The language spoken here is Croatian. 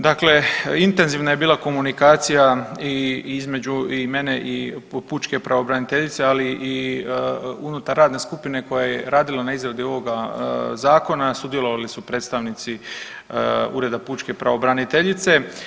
Dakle, intenzivna je bila komunikacija i između i mene i pučke pravobraniteljice, ali i unutar radne skupine koja je radila na izradi ovoga zakona, sudjelovali su predstavnici ureda pučke pravobraniteljice.